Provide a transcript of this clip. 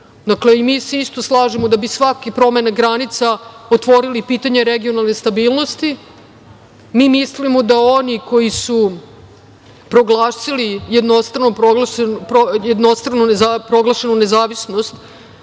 granica. Mi se isto slažemo da bi svaka promena granica otvorila pitanje regionalne stabilnosti. Mi mislimo da oni koji su proglasili jednostrano proglašenu nezavisnost